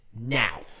now